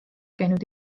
käinud